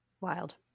Wild